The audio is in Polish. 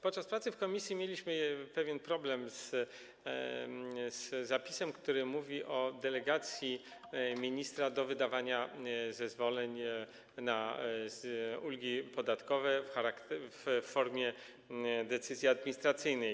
Podczas pracy w komisji mieliśmy pewien problem z zapisem, który mówi o delegacji ministra do wydawania zezwoleń na ulgi podatkowe w formie decyzji administracyjnej.